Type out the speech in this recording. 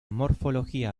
morfología